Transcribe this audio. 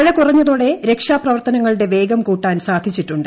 മഴ കുറഞ്ഞതോടെ രക്ഷാപ്രവർത്തനങ്ങളുടെ വേഗം കൂട്ടാൻ സാധിച്ചിട്ടുണ്ട്